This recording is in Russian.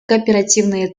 кооперативные